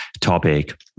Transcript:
topic